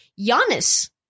Giannis